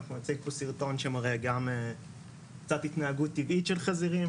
אנחנו נציג פה סרטון שמראה קצת התנהגות טבעית של חזירים,